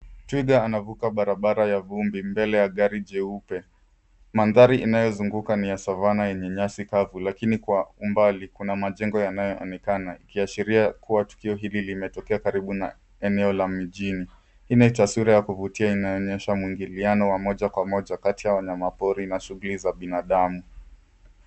Twiga anavuka barabara ya vumbi mbele ya gari jeupe. Mandhari inayozunguka ni ya savana yenye nyasi kavu lakini kwa umbali kuna majengo yanayoonekana ikiashiria kuwa tukio hili limetokea karibu na eneo la mjini. Ina taswira ya kuvutia inaonyesha mwingiliano wa moja kwa moja kati ya wanyamapori na shughuli za binadamu.